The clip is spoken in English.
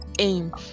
Aim